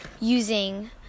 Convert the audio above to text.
using